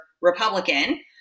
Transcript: Republican